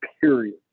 period